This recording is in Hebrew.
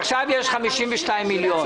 עכשיו יש 52 מיליון.